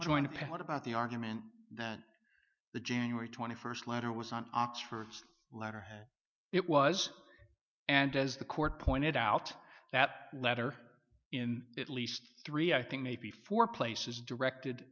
appellate about the argument that the january twenty first letter was on oxford's letterhead it was and as the court pointed out that letter in at least three i think maybe four places directed